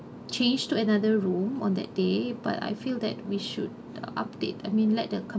change to another room on that day but I feel that we should update I mean let the